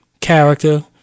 character